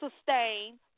sustain